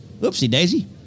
Oopsie-daisy